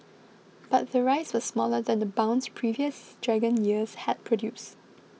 but the rise was smaller than the bounce previous Dragon years had produced